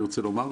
נכון,